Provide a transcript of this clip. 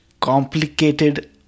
complicated